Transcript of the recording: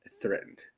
threatened